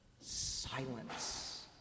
silence